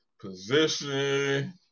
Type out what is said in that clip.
position